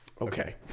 okay